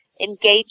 engage